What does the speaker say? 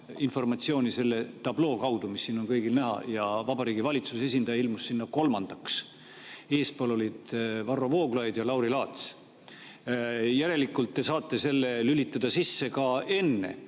informatsiooni selle tabloo kaudu, mis siin on kõigile näha, ja Vabariigi Valitsuse esindaja ilmus sinna kolmandaks. Eespool olid Varro Vooglaid ja Lauri Laats. Järelikult te saate selle sisse lülitada ka enne,